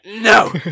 no